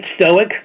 stoic